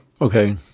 Okay